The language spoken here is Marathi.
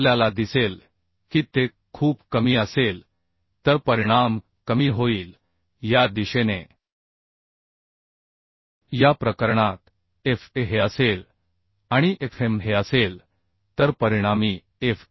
आपल्याला दिसेल की ते खूप कमी असेल तर परिणाम कमी होईल या दिशेने या ठिकाणी Fa हे असेल आणि Fm हे असेल तर परिणामी Fa